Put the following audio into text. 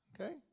Okay